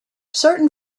certain